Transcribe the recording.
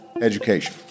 education